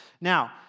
Now